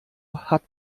hat